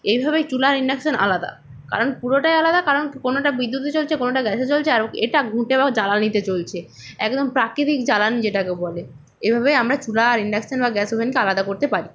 এইভাবেই চুলা ইন্ডাকশান আলাদা কারণ পুরোটাই আলাদা কারণ কোনোটা বিদ্যুতে চলছে কোনোটা গ্যাসে চলছে আর ও এটা ঘুঁটে বা জ্বালানিতে চলছে একদম প্রাকৃতিক জ্বালানি যেটাকে বলে এভাবেই আমরা চুলা আর ইন্ডাকশান বা গ্যাস ওভেনকে আলাদা করতে পারি